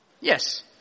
yes